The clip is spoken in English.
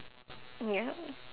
ya